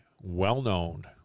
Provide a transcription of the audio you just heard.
well-known